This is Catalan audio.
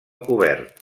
cobert